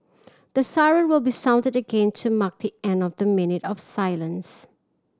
the siren will be sounded again to mark the end of the minute of silence